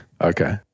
Okay